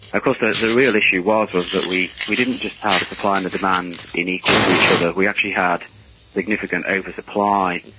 course the the real issue was was that we we didn't just have supply and demand being equal to each other, we actually had significant over-supply,